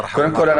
קודם כול,